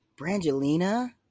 Brangelina